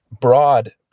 broad